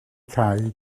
cau